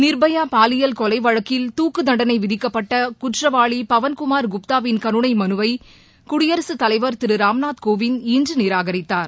நிர்பயா பாலியல் கொலை வழக்கில் துக்கு தண்டனை விதிக்கப்பட்ட குற்றவாளி பவன்குமார் குப்தாவின் கருணை மனுவை குடியரசு தலைவர் திரு ராம்நாத்கோவிந்த் இன்று நிராகரித்தார்